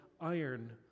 iron